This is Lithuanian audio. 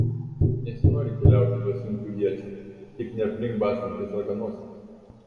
nesinori keliauti be sunkių iečių tik ne aplink bastantis raganosiams